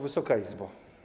Wysoka Izbo!